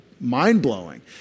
Mind-blowing